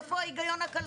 איפה ההגיון הכלכלי?